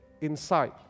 inside